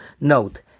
Note